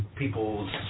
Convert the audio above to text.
People's